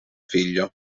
figlio